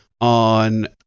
on